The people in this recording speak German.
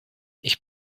ich